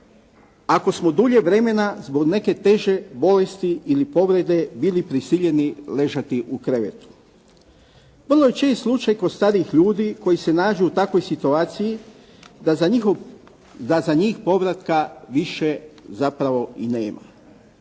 ako smo dulje vremena zbog neke teže bolesti ili povrede bili prisiljeni ležati u krevetu. Vrlo je čest slučaj kod starijih ljudi koji se nađu u takvoj situaciji da za njih povratka više zapravo i nema.